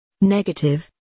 Negative